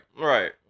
right